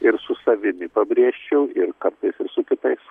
ir su savimi pabrėžčiau ir kartais ir su kitais